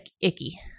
icky